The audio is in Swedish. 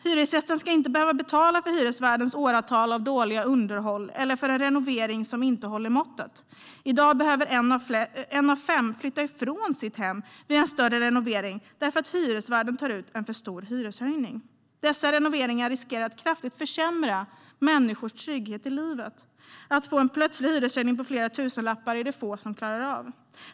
Hyresgästen ska inte behöva betala för hyresvärdens åratal av dåligt underhåll eller för en renovering som inte håller måttet. I dag behöver en av fem flytta ifrån sitt hem vid en större renovering därför att hyresvärden tar ut en för stor hyreshöjning. Dessa renoveringar riskerar att kraftigt försämra människors trygghet i livet. Att få en plötslig hyreshöjning på flera tusenlappar är det få som klarar av.